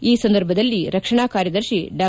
ಈ ಸಂದರ್ಭದಲ್ಲಿ ರಕ್ಷಣಾ ಕಾರ್ಯದರ್ಶಿ ಡಾ